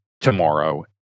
tomorrow –